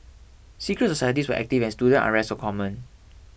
secret societies were active and student unrest was common